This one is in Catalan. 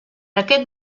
aquest